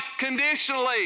unconditionally